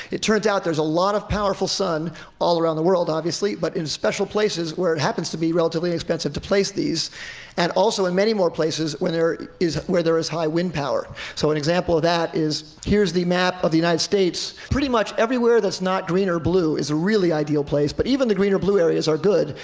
it turns out there's a lot of powerful sun all around the world, obviously, but in special places where it happens to be relatively inexpensive to place these and also in many more places where there is high wind power. so an example of that is, here's the map of the united states. pretty much everywhere that's not green or blue is a really ideal place, but even the green or blue areas are good,